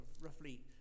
roughly